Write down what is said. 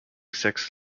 six